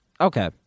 Okay